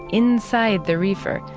inside the reefer,